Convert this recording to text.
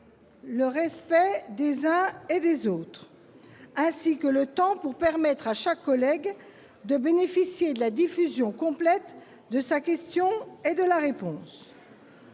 le respect des uns et des autres, ainsi que celui du temps de parole, pour permettre à chaque collègue de bénéficier de la diffusion complète de sa question et de la réponse.